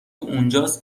اونجاست